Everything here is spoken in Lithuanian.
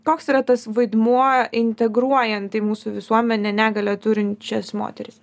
koks yra tas vaidmuo integruojant į mūsų visuomenę negalią turinčias moteris